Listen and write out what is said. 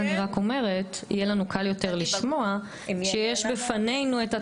אני רק אומרת שיהיה לנו קל יותר לשמוע כשיש בפנינו התזכיר.